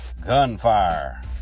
Gunfire